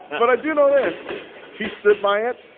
but i do know this he stood by it.